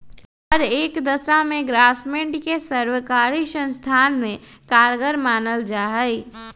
हर एक दशा में ग्रास्मेंट के सर्वकारी संस्थावन में कारगर मानल जाहई